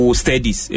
studies